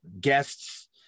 guests